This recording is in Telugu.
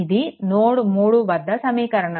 ఇది నోడ్3 వద్ద సమీకరణం